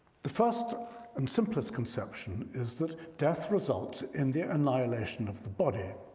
the first and simplest conception is that death results in the annihilation of the body.